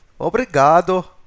Obrigado